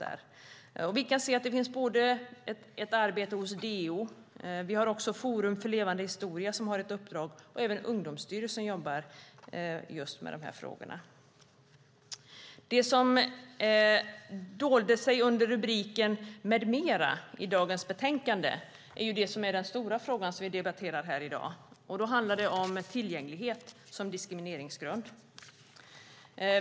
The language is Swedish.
Det bedrivs ett arbete hos DO. Vi har också Forum för levande historia som har ett uppdrag. Även Ungdomsstyrelsen jobbar med dessa frågor. Det som döljer sig under "med mera" i dagens betänkande är den stora fråga som vi debatterar här i dag: tillgänglighet som diskrimineringsgrund.